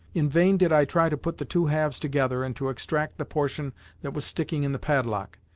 in vain did i try to put the two halves together, and to extract the portion that was sticking in the padlock.